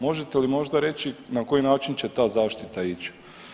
Možete li možda reći na koji način će ta zaštita ići?